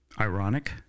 ironic